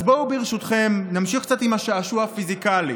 אז בואו, ברשותכם, נמשיך קצת עם השעשוע הפיזיקלי: